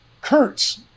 kurtz